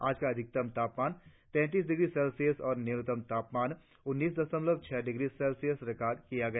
आज का अधिकतम तापमान तैतीस डिग्री सेल्सियस और न्यूनतम तापमान उन्नीस दशमलव छह डिग्री सेल्सियस रिकार्ड किया गया